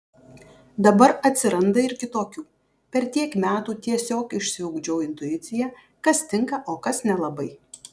dabar atsiranda ir kitokių per tiek metų tiesiog išsiugdžiau intuiciją kas tinka o kas nelabai